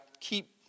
keep